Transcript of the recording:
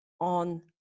on